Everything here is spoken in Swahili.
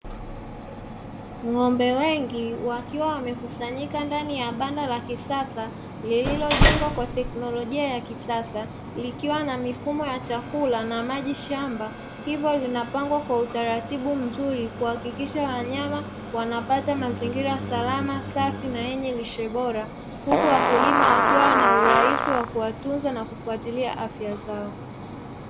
Ng'ombe wengi wakiwa wamekusanyika ndani ya banda la kisasa lililojengwa kwa teknolojia ya kisasa likiwa na mifumo ya chakula na maji shamba, hivyo linapangwa kwa utaratibu mzuri kuhakikisha wanyama wanapata mazingira salama, safi na yenye lishe bora huku wakulima wakiwa na uraisi wa kuwatunza na kufuatilia afya zao.